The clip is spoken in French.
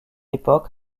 époque